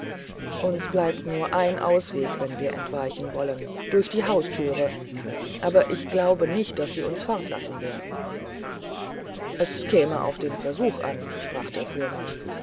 uns bleibt nur ein ausweg wenn wir entweichen wollen durch die haustüre aber ich glaube nicht daß sie uns fortlassen werden es käme auf den versuch an sprach der fuhrmann